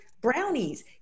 brownies